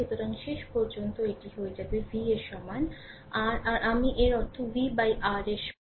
সুতরাং শেষ পর্যন্ত এটি হয়ে যাবে v এর সমান r আর আমি এর অর্থ v আর r এর সমান